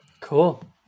cool